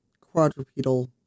quadrupedal